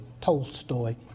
Tolstoy